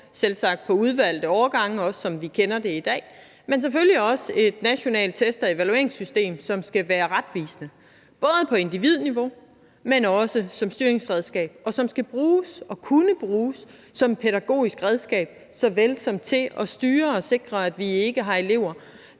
selvsagt på udvalgte årgange, som vi også kender det i dag, men selvfølgelig også et nationalt test- og evalueringssystem, som skal være retvisende både på individniveau, men også som styringsredskab. Det skal bruges og kunne bruges som et pædagogisk redskab såvel som til at styre og sikre, at vi ikke har elever,